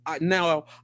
now